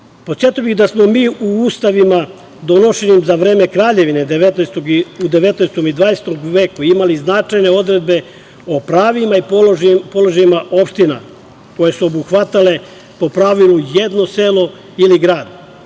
bih da smo mi u ustavima donošenim za vreme kraljevine u 19. i 20. veku imali značajne odredbe o pravima i položaju opština koje su obuhvatale po pravilu jedno selo ili grad.